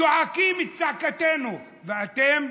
צועקים את צעקתנו, ואתם,